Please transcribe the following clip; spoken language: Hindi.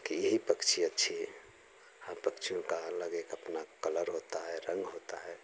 कि यही पक्छी अच्छी है हर पक्षियों का अलग एक अपना कलर होता है रंग होता है